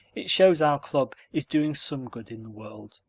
it shows our club is doing some good in the world.